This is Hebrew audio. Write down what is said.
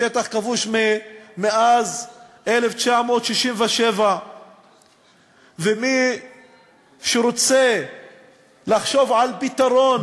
שטח כבוש מאז 1967. ומי שרוצה לחשוב על פתרון,